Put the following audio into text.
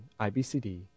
IBCD